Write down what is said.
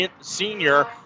senior